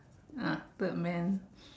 ah third man